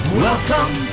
welcome